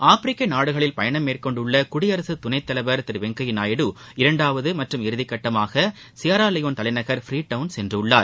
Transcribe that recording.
ஆப்பிரிக்க நாடுகளில் பயணம் மேற்கொண்டுள்ள குடியரசு துணைத்தலைவர் திரு வெங்கையா நாயுடு இரண்டாவது மற்றும் இறுதிக்கட்டமாக சியாரா லியோன் தலைநகர் ஃப்ரீ டவுன் சென்றுள்ளார்